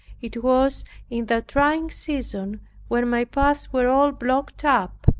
it was in that trying season when my paths were all blocked up,